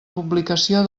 publicació